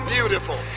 Beautiful